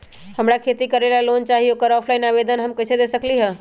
हमरा खेती करेला लोन चाहि ओकर ऑफलाइन आवेदन हम कईसे दे सकलि ह?